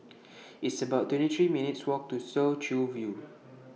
It's about twenty three minutes' Walk to Soo Chow View